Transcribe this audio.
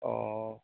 অঁ